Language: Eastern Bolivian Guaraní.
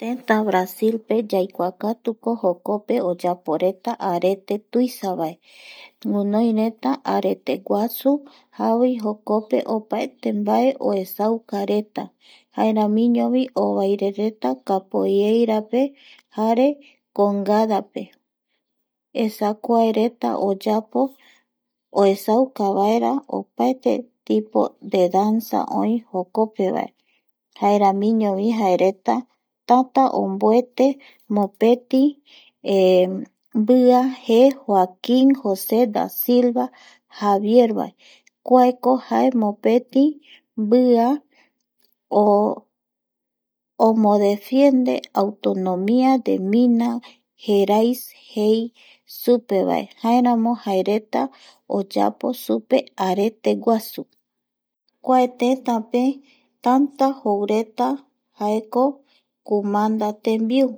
Tëtä Brasilpe yaikuakatuko jokpe oyaporeta arete tuisavae guinoireta areteguasu javoi jokope opaete mbae oesaukareta jaeramiñovi ovairereta kapoveirape jare congadape esa kuareta oyapo oesauka vaera opaete tipo de danza oï jokopevae jaeramiñovi jaereta tanta omboete mopeti mbia jee Joaquin Jose Dasilva Javiervae kuaeko jae mopeti mbia omodefiende autonoia de mina jerais jei supe vae jaeñoma jaereta oyapo supe areteguasu kua tentape tanta joureta jaeko kumanda tembiu